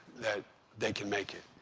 that they can make it.